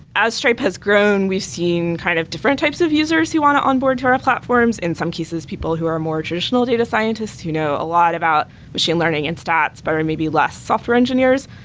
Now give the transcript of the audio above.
as stripe has grown, we've seen kind of different types of users who want to onboard to our platforms. in some cases, people who are more traditional data scientists who know a lot about machine learning and stats, but are maybe less software engineers.